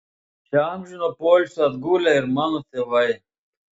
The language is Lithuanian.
čia amžino poilsio atgulę ir mano tėvai